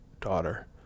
daughter